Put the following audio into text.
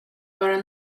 vara